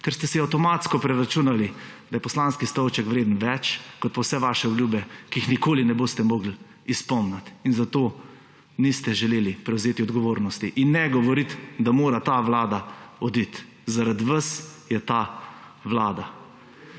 ker ste si avtomatsko preračunali, da je poslanski stolček vreden več kot pa vse vaše obljube, ki jih nikoli ne boste mogli izpolniti, in zato niste želeli prevzeti odgovornosti. In ne govoriti, da mora ta vlada oditi. Zaradi vas je ta vlada.